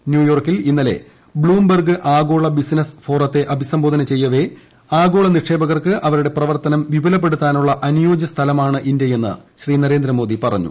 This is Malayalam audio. ന്യൂയോർക്കിൽ ഇന്നലെ ബ്ലൂംബെർഗ് ആഗോള ബിസിനസ് ഫോറഒത്ത് അഭിസംബോധന ചെയ്യവെ ആഗോള നിക്ഷേപകർക്ക് അവരുടെ പ്രവർത്ത്നം വിപുലപ്പെടുത്താനുള്ള അനുയോജ്യ സ്ഥലമാണ് ഇന്ത്യയെന്ന് ശ്രീ ന്ന്രേന്ദ്രമോദി പറഞ്ഞു